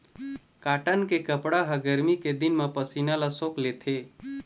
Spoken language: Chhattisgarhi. कॉटन के कपड़ा ह गरमी के दिन म पसीना ल सोख लेथे